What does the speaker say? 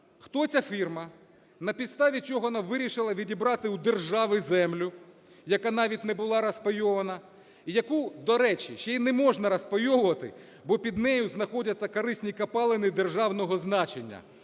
Хто ця фірма? На підставі чого вона вирішила відібрати у держави землю, яка навіть не була розпайована, і яку, до речі, ще і не можна розпайовувати, бо під нею знаходяться корисні копалини державного значення,